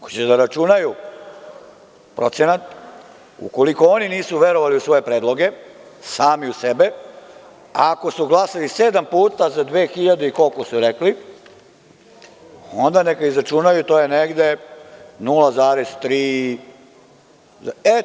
Hoće da računaju procenat, ukoliko oni nisu verovali u svoje predloge, sami u sebe, a ako su glasali sedam puta za 2000 i koliko su rekli, onda neka izračunaju, to je negde 0,3.